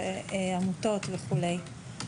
עמותות וכולי.